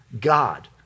God